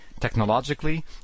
technologically